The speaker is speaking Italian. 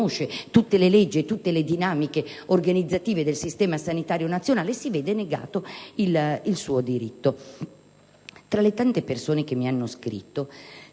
tutte le leggi e tutte le dinamiche organizzative del sistema sanitario nazionale, si vede negato il suo diritto. Tra le tante persone che mi hanno scritto,